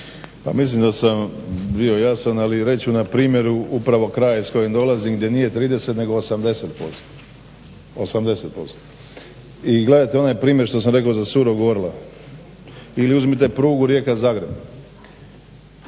Pa mislim da sam bio jasan ali reći ću na primjeru upravo iz kraja iz kojeg dolazim gdje nije 30 nego 80%. I gledajte onaj primjer što sam rekao za Surog orla ili uzmite prugu Rijeka-Zagreb,